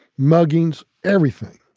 muggings, everything.